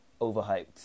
overhyped